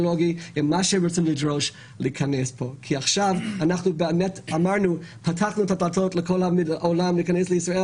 אבל צריך לזכור שכמעט שאין מדינות שנהגו כמו שמדינת ישראל נהגה,